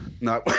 No